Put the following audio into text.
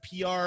pr